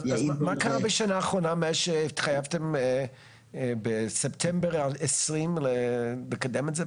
אז מה קרה בשנה האחרונה מאז שהתחייבתם בספטמבר 2020 לקדם את זה,